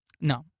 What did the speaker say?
No